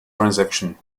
transaction